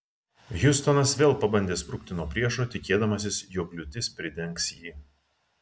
hiustonas vėl pabandė sprukti nuo priešo tikėdamasis jog liūtis pridengs jį